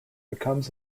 becomes